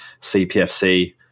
cpfc